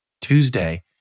Tuesday